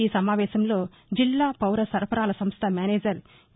ఈ సమావేశంలో జిల్లా పౌర సరఫరాల సంస్థ మేనేజర్ కే